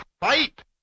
Fight